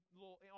little